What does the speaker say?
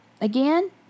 again